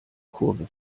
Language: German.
kurve